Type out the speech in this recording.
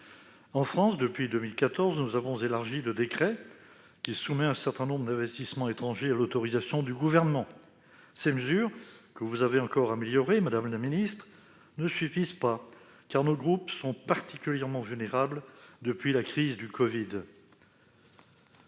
En France, depuis 2014, nous avons élargi le décret qui soumet certains investissements étrangers à l'autorisation du Gouvernement. Ces mesures, que vous avez encore améliorées, madame la ministre déléguée, ne suffisent pas, car nos groupes sont particulièrement vulnérables depuis la crise du covid.